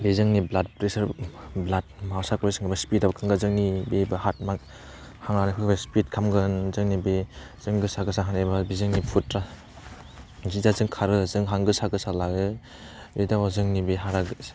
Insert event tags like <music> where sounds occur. बे जोंनि blood pressure blood मा सारखुलेसनआ स्पिदआव होम्बा जोंनि बे <unintelligible> हां लानायफोराबो होम्बा स्पिद खालामगोन जोंनि बे जों गोसा गोसा हायाबा बे जोंनि <unintelligible> जा जों खारो जों हां गोसा गोसा लागोन बे <unintelligible> जोंनि बे <unintelligible>